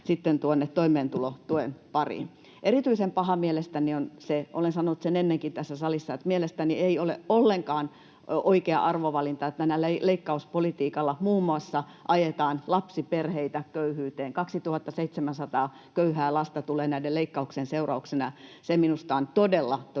sitten toimeentulotuen pariin. Erityisen paha mielestäni on se — olen sanonut sen ennenkin tässä salissa, että mielestäni se ei ole ollenkaan oikea arvovalinta — että tällä leikkauspolitiikalla muun muassa ajetaan lapsiperheitä köyhyyteen: 2 700 köyhää lasta tulee näiden leikkauksien seurauksena. Se on minusta todella, todella